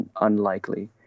unlikely